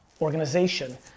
organization